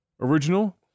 original